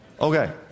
Okay